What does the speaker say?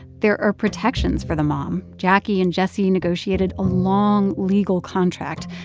there are protections for the mom. jacquie and jessie negotiated a long legal contract.